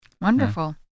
Wonderful